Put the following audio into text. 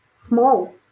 small